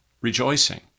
rejoicing